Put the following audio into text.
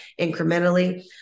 incrementally